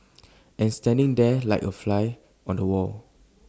and standing there like A fly on the wall